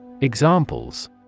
Examples